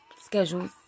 schedules